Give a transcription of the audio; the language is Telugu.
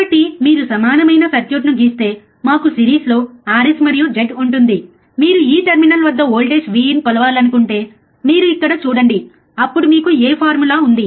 కాబట్టి మీరు సమానమైన సర్క్యూట్ గీస్తే మాకు సిరీస్లో Rs మరియు Z ఉంటుంది మీరు ఈ టెర్మినల్ వద్ద వోల్టేజ్ Vin కొలవాలనుకుంటే మీరు ఇక్కడ చూడండి అప్పుడు మీకు ఏ ఫార్ములా ఉంది